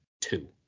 two